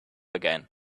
again